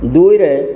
ଦୁଇରେ